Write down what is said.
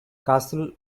castle